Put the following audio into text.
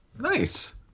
Nice